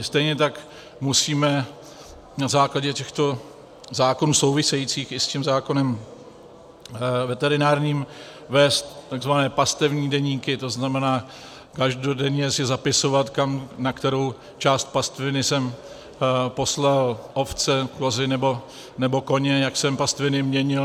Stejně tak musíme na základě těchto zákonů souvisejících i s tím zákonem veterinárním vést takzvané pastevní deníky, to znamená každodenně si zapisovat, kam, na kterou část pastviny jsem poslal ovce, kozy nebo koně, jak jsem pastviny měnil.